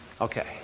Okay